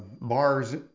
bars